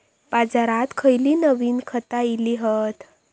बाजारात खयली नवीन खता इली हत?